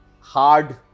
Hard